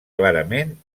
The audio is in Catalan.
clarament